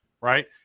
right